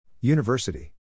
University